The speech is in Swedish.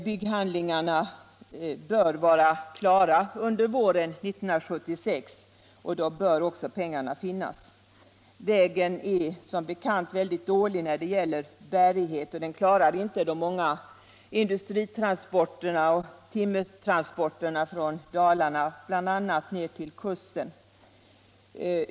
Bygghandlingarna bör vara klara under våren 1976, och då bör också pengarna finnas. Vägen har som bekant mycket dålig bärighet, och den klarar inte de många industrioch timmertransporterna från bl.a. Dalarna ner till kusten.